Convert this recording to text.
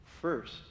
first